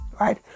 Right